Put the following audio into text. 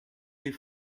des